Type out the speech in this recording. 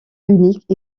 unique